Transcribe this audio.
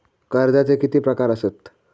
कर्जाचे किती प्रकार असात?